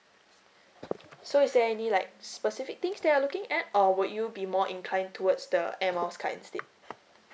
so is there any like specific things that you're looking at or would you be more inclined towards the air miles card instead